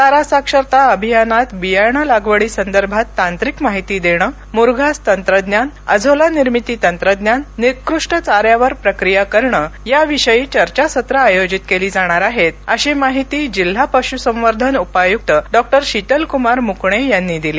चारा साक्षरता अभियानात बियाणे लागवडी संदर्भात तांत्रिक माहिती देणं मुरघास तंत्रज्ञान अझोला निर्मिती तंत्रज्ञान निकृष्ट चाऱ्यावर प्रक्रिया करणं याविषयी चर्चासत्रं आयोजित केली जाणार आहेत अशी माहिती जिल्हा पश्सवर्धन उपआयुक्त डॉक्टर शितलक्मार मुकणे यांनी दिली